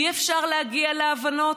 אי-אפשר להגיע להבנות?